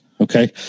okay